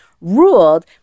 ruled